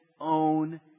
own